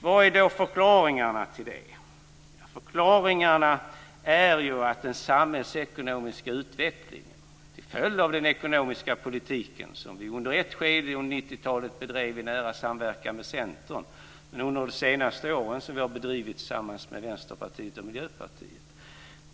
Vilka är då förklaringarna till det? Förklaringen är den samhällsekonomiska utvecklingen, till följd av den ekonomiska politiken som vi under ett skede av 90-talet bedrev i nära samverkan med Centern och som vi under de senaste åren bedrivit tillsammans med Vänsterpartiet och Miljöpartiet.